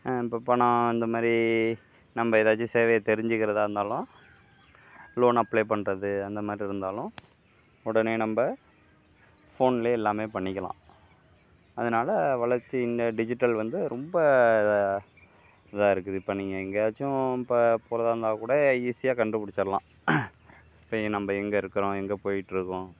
இப்போ பணம் இந்த மாதிரி நம்ம ஏதாச்சும் சேவையை தெரிஞ்சிக்கிறதா இருந்தாலும் லோன் அப்ளே பண்ணுறது அந்த மாதிரி இருந்தாலும் உடனே நம்ம ஃபோன்லேயே எல்லாம் பண்ணிக்கலாம் அதனால வளர்ச்சி இந்த டிஜிட்டல் வந்து ரொம்ப இதா இதாக இருக்குது இப்போ நீங்கள் எங்கேயாச்சும் இப்போ போகிறதா இருந்தால் கூட ஈஸியாக கண்டுபுடிச்சிடலாம் இப்போ நம்ம எங்கே இருக்கிறோம் எங்கே போய்ட்டு இருக்கோம்